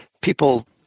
people